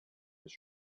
his